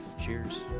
Cheers